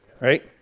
right